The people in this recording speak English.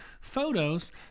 photos